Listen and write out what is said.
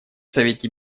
совете